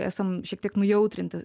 esam šiek tiek nujautrinti